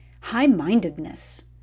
High-mindedness